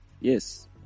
Yes